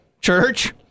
Church